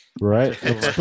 Right